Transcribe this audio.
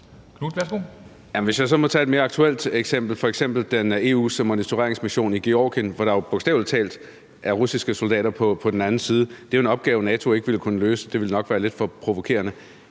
lad mig så tage et mere aktuelt eksempel som EU's monitoreringsmission i Georgien, hvor der jo bogstavelig talt er russiske soldater på den anden side. Det er jo en opgave, NATO ikke ville kunne løse, for det ville nok være lidt for provokerende.